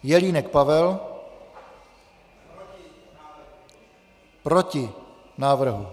Jelínek Pavel: Proti návrhu.